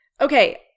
Okay